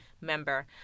member